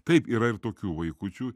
taip yra ir tokių vaikučių